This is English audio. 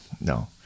No